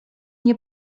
nie